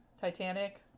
Titanic